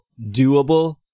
doable